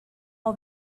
all